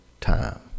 time